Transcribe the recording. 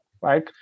right